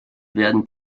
werden